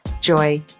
joy